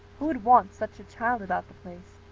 who would want such a child about the place?